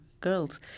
girls